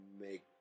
make